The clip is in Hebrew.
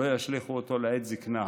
שלא ישליכו אותו לעת זקנה.